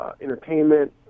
entertainment